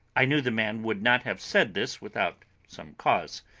i knew the man would not have said this without some cause,